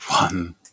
one